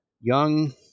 young